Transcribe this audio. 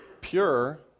pure